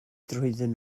trwyddyn